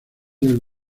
del